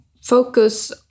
focus